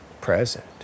present